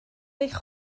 eich